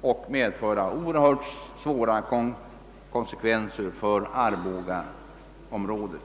och medföra oerhört stora konsekvenser för arbogaområdet.